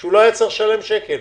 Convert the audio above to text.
כשהוא לא היה צריך לשלם שקל